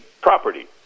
property